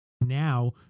now